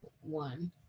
one